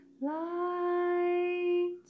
light